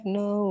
no